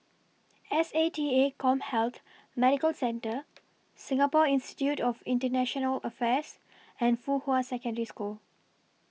S A T A Commhealth Medical Centre Singapore Institute of International Affairs and Fuhua Secondary School